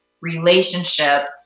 relationship